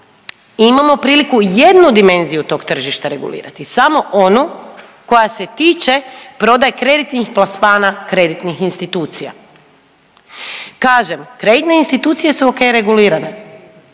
imamo priliku jednu dimenziju tog tržišta regulirati, samo onu koja se tiče prodaje kreditnih plasmana kreditnih institucija. Kažem kreditne institucije su ok regulirane,